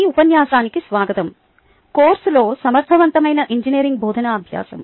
ఈ ఉపన్యాసానికి స్వాగతం కోర్సులో సమర్థవంతమైన ఇంజనీరింగ్ బోధన అభ్యాసం